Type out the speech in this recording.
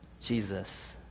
Jesus